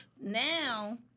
now